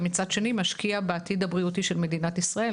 ומצד שני משקיע בעתיד הבריאותי של מדינת ישראל.